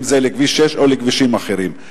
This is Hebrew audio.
אם לכביש 6 או לכבישים אחרים.